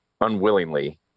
unwillingly